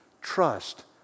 trust